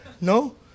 No